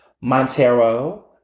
Montero